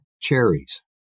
cherries